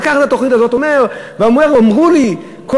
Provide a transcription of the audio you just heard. לקח את התוכנית הזאת ואומר: אמרו לי כל